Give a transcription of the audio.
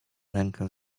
rękę